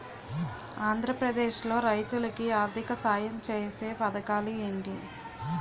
ఆంధ్రప్రదేశ్ లో రైతులు కి ఆర్థిక సాయం ఛేసే పథకాలు ఏంటి?